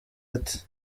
ati